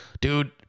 Dude